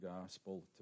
gospel